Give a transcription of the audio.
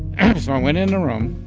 and so i went in the room